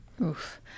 Oof